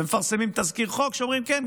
ומפרסמים תזכיר חוק ואומרים: כן,